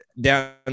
down